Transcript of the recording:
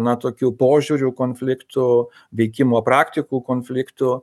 na tokiu požiūrių konfliktu veikimo praktikų konfliktu